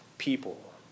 people